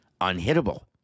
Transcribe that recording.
unhittable